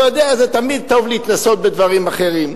זה תמיד טוב להתנסות בדברים אחרים.